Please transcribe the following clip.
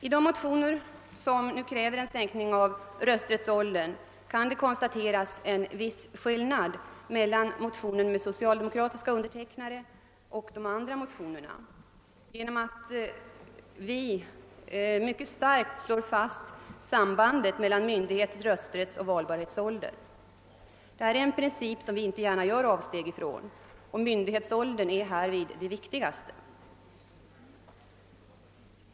I de motioner vari nu krävs en sänkning av rösträttsåldern kan konstateras en viss skillnad mellan motionen med socialdemokratiska undertecknare och de andra motionerna genom att vi socialdemokrater mycket starkt slår fast sambandet mellan myndighets-, rösträttsoch valbarhetsålder. Det är en princip som vi inte gärna gör avsteg ifrån. Myndighetsåldern är härvid viktigast.